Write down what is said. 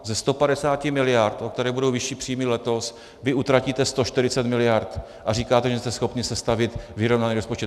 Ze 150 mld., o které budou vyšší příjmy letos, vy utratíte 140 mld. a říkáte, že jste schopni sestavit vyrovnaný rozpočet.